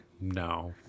No